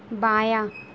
بایاں